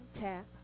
tap